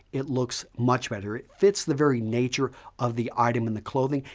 it looks much better. it fits the very nature of the item and the clothing.